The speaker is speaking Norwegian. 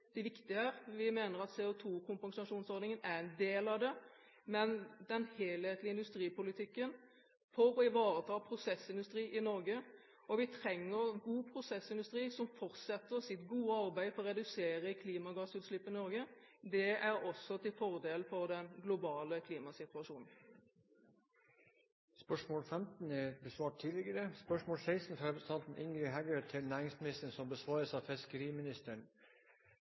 viktige her. Vi mener at CO2-kompensasjonsordningen er en del av det. Men den helhetlige industripolitikken vil ivareta prosessindustrien i Norge, og vi trenger en god prosessindustri som fortsetter sitt gode arbeid for å redusere klimagassutslipp i Norge. Det er også til fordel for den globale klimasituasjonen. Spørsmål 15 er besvart tidligere. Spørsmål 16, fra representanten Ingrid Heggø til næringsministeren, vil bli besvart av fiskeriministeren